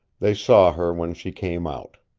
they saw her when she came out.